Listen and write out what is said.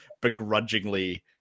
begrudgingly